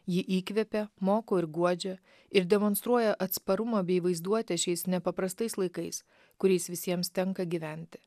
ji įkvepia moko ir guodžia ir demonstruoja atsparumą bei vaizduotę šiais nepaprastais laikais kuriais visiems tenka gyventi